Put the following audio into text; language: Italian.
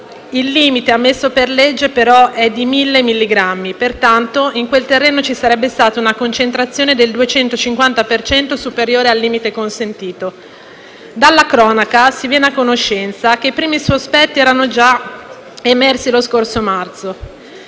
Il limite ammesso per legge però è di 1.000 milligrammi, pertanto in quel terreno ci sarebbe stata una concentrazione del 250 per cento superiore al limite consentito. Dalla cronaca si viene a conoscenza che i primi sospetti erano emersi già lo scorso marzo: